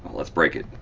let's break it.